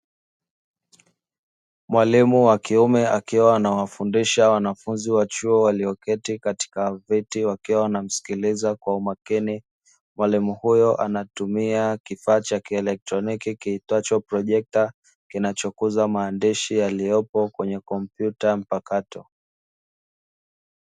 Mwalimu wa kiume akiwa na wafundisha wanafunzi wa chuo walioketi katika vyeti wakiona msikiliza kwa umakini wale muhuyo anatumia kifaa cha kielektroniki kiitwacho projector kinachokuza maandishi yaliyopo kwenye kompyuta mpakato.